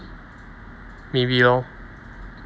maybe lor